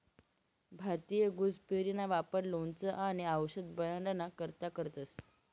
भारतीय गुसबेरीना वापर लोणचं आणि आवषद बनाडाना करता करतंस